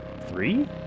Three